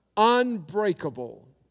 Unbreakable